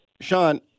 Sean